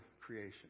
creation